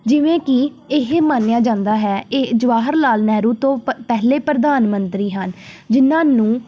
ਜਿਵੇਂ ਕਿ ਇਹ ਮੰਨਿਆ ਜਾਂਦਾ ਹੈ ਇਹ ਜਵਾਹਰ ਲਾਲ ਨਹਿਰੂ ਤੋਂ ਪ ਪਹਿਲੇ ਪ੍ਰਧਾਨ ਮੰਤਰੀ ਹਨ ਜਿਹਨਾਂ ਨੂੰ